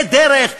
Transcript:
לדרך,